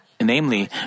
Namely